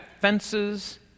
fences